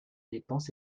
dépenses